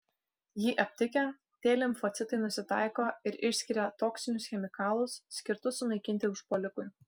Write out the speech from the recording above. jį aptikę t limfocitai nusitaiko ir išskiria toksinius chemikalus skirtus sunaikinti užpuolikui